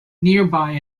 nearby